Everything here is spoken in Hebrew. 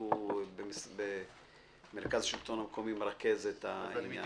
שהוא במרכז השלטון המקומי מרכז את העניין הזה.